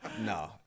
no